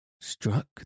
struck